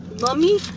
Mummy